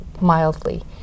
mildly